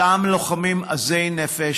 אותם לוחמים עזי נפש,